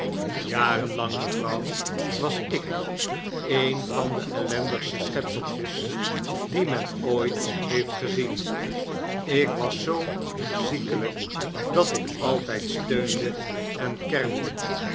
jarenlang mevrouw was ik een van de ellendigste schepseltjes die men ooit heeft gezien ik was zoo ziekelijk dat ik altijd steunde en kermde